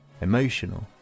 emotional